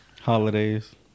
holidays